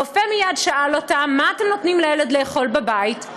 הרופא מייד שאל אותם: מה אתם נותנים לילד לאכול בבית?